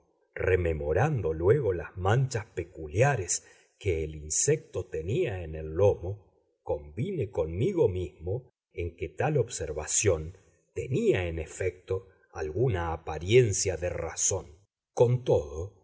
rememorando luego las manchas peculiares que el insecto tenía en el lomo convine conmigo mismo en que tal observación tenía en efecto alguna apariencia de razón con todo